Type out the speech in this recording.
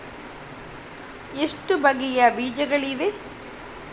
ಎಷ್ಟು ಬಗೆಯ ಬೀಜಗಳಿವೆ?